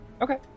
okay